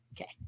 Okay